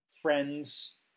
friends